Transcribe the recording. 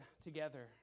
together